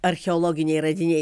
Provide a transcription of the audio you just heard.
archeologiniai radiniai